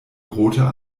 rote